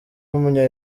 w’umunya